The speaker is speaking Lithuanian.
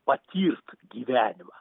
patir gyvenimą